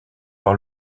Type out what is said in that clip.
par